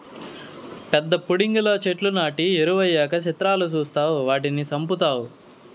పెద్ద పుడింగిలా చెట్లు నాటి ఎరువెయ్యక సిత్రాలు సూస్తావ్ వాటిని సంపుతావ్